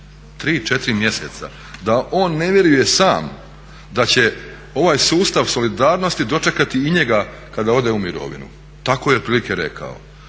3, 4 mjeseca da on ne vjeruje sam da će ovaj sustav solidarnosti dočekati i njega kada ode u mirovinu, tako je otprilike rekao.